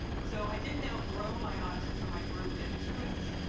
so i didn't outimrow my autism, i grew into it.